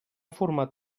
format